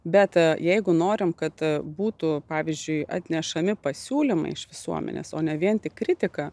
bet jeigu norim kad būtų pavyzdžiui atnešami pasiūlymai iš visuomenės o ne vien tik kritiką